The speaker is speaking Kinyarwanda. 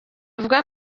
avuga